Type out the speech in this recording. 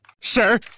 Sir